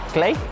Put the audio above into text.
Clay